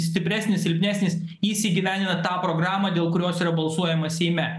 stipresnis silpnesnis jis įgyvendina tą programą dėl kurios yra balsuojama seime